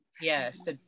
Yes